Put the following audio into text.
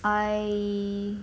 I